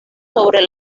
sobre